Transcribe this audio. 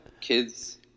kids